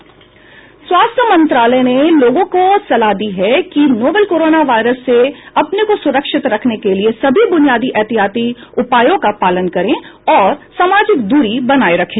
स्वास्थ्य मंत्रालय ने लोगों को सलाह दी है कि वे नोवल कोरोना वायरस से अपने को सुरक्षित रखने के लिए सभी बुनियादी एहतियाती उपायों का पालन करें और सामाजिक दूरी बनाए रखें